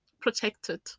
protected